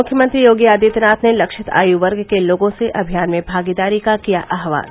मुख्यमंत्री योगी आदित्यनाथ ने लक्षित आयु वर्ग के लोगों से अभियान में भागीदारी का किया आह्वान